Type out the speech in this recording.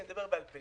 שאדבר בעל פה.